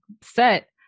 set